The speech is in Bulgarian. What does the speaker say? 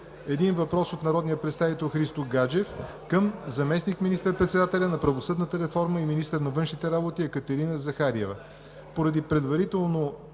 един въпрос от народния представител Христо Гаджев към заместник министър-председателя по правосъдната реформа и министър на външните работи Екатерина Захариева.